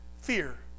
fear